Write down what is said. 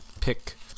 pick